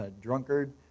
drunkard